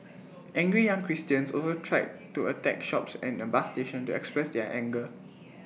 angry young Christians also tried to attack shops and A bus station to express their anger